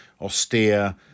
austere